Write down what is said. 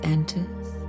enters